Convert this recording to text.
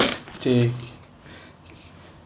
jake